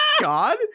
god